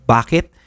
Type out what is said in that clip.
Bakit